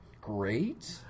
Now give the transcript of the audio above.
Great